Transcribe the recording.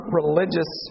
religious